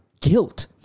guilt